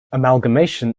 amalgamation